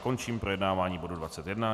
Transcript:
Končím projednávání bodu 21.